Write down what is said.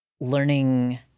learning